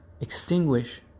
extinguish